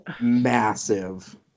massive